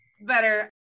better